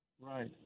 Right